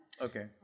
okay